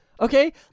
Okay